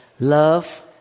Love